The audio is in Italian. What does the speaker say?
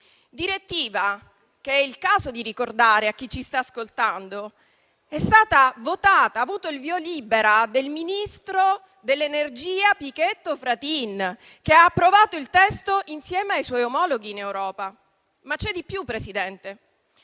direttiva. È il caso di ricordare a chi ci sta ascoltando che tale direttiva è stata votata ed ha avuto il via libera del ministro dell'energia Pichetto Fratin, che ha approvato il testo insieme ai suoi omologhi in Europa. C'è di più, signor